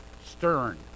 stern